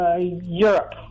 europe